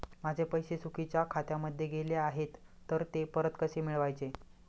माझे पैसे चुकीच्या खात्यामध्ये गेले आहेत तर ते परत कसे मिळवायचे?